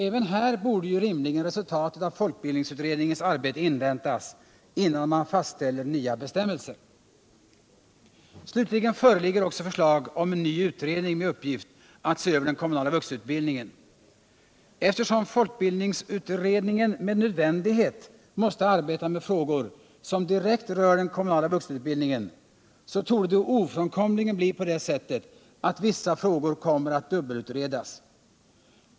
Även här borde rimligen resultatet av folkbildningsutredningens arbete inväntas innan man fastställer nya bestämmelser. Slutligen föreligger också förslag om en ny utredning med uppgift att se över den kommunala vuxenutbildningen. Eftersom ”folkbildningsutredningen med nödvändighet måste arbeta med frågor som direkt rör den kommunala vuxenutbildningen, så torde det ofrånkomligen bli på det sättet, att vissa frågor kommer att dubbelutredas.